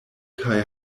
kaj